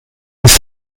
ist